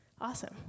Awesome